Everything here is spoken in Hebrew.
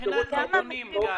מבחינת נתונים, גל,